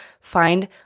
Find